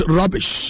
rubbish